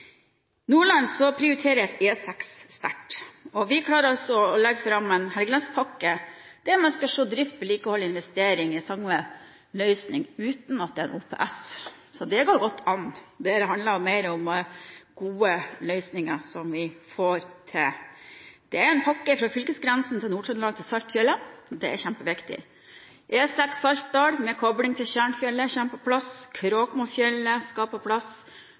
Nordland prioriteres E6 sterkt. Vi klarer å legge fram Helgelandspakken, der man skal se drift, vedlikehold og investering i samme løsning, uten OPS. Så det går godt an. Dette handler mer om at vi får til gode løsninger. Det er en pakke fra fylkesgrensen mot Nord-Trøndelag og til Saltfjellet. Det er kjempeviktig. E6 Saltdal med kobling til Tjernfjellet kommer på plass. Oppstart av E6 ved Kråkmofjellet skal på plass,